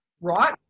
right